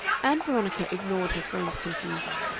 ann veronica ignored her friend's confusion.